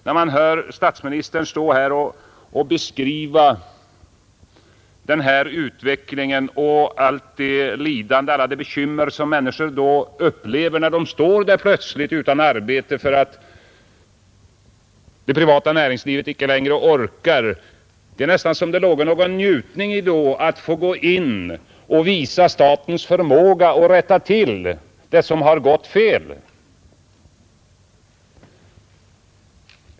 När man hör statsministern stå här och beskriva denna utveckling och allt det lidande och de bekymmer som människorna upplever när de plötsligt står där utan arbete för att det privata näringslivet inte längre orkar, då får man nästan intrycket att det för socialdemokratin ligger något av en njutning i att få träda in och visa statens förmåga att rätta till det som gått fel.